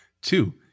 Two